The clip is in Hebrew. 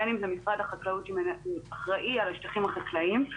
ובין אם זה משרד החקלאות שאחראי על השטחים החקלאיים.